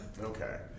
Okay